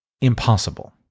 impossible